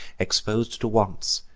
expos'd to wants,